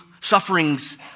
sufferings